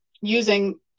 using